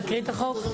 נקריא את החוק?